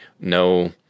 no